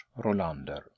Rolander